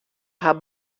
har